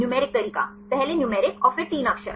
numeric तरीका पहलेन्यूमेरिक और फिर 3 अक्षर